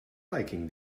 liking